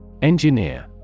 Engineer